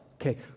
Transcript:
Okay